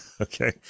okay